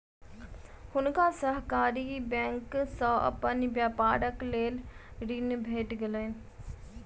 हुनका सहकारी बैंक से अपन व्यापारक लेल ऋण भेट गेलैन